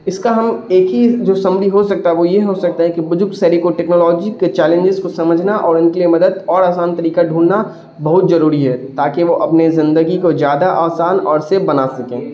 اس کا ہم ایک ہی جو سمری ہو سکتا ہے وہ یہ ہو سکتا ہے کہ بزرگ شہری کو ٹیکنالوجی کے چیلنجز کو سمجھنا اور ان کے لیے مدد اور آسان طریقہ ڈھونڈنا بہت ضروری ہے تاکہ وہ اپنے زندگی کو زیادہ آسان اور سیف بنا سکیں